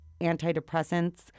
antidepressants